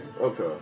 Okay